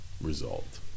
result